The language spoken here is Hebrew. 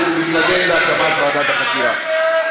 הוא מתנגד להקמת ועדת החקירה.